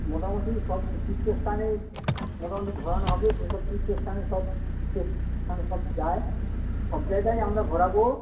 মোটামুটি সব তীর্থ স্থানে মোটামুটি ঘোরানো হবে যেসব তীর্থ স্থানে সব্থানে সব যায় সব জায়গায় আমরা ঘোরাবো